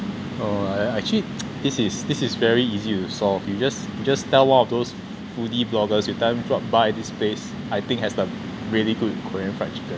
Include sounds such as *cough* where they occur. oh actually *noise* this is this is very easy to solve you just just tell one of those foodie bloggers you tell them drop by this place I think has a really good korean fried chicken